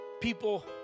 people